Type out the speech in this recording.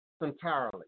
entirely